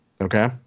Okay